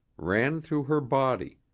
ran through her body.